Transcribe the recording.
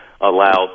allowed